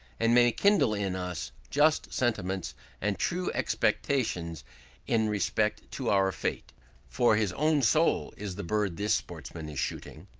and may kindle in us just sentiments and true expectations in respect to our fate for his own soul is the bird this sportsman is shooting.